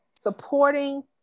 supporting